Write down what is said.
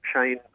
Shane